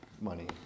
money